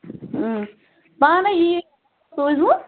پانٕے یِیو سوٗزوٕ